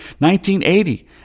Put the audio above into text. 1980